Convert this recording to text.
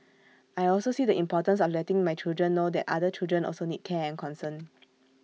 I also see the importance of letting my children know that other children also need care and concern